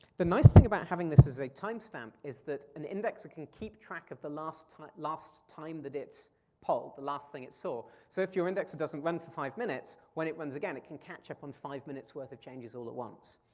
the nice thing about having this as a timestamp is that an indexer can keep track of the last time last time that it's polled, the last thing it saw. so if your indexer doesn't run for five minutes, when it runs again, it can catch up on five minutes worth of changes all at once.